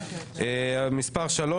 מס' 3: